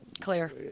Clear